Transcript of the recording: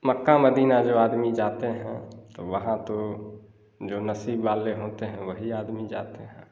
मक्का Medina जो आदमी जाते हैं तो वहाँ तो जो नसीब वाले होते हैं वही आदमी जाते हैं